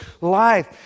life